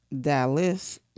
Dallas